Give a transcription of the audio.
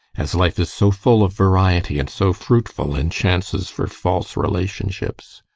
as life is so full of variety and so fruitful in chances for false relationships.